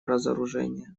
разоружения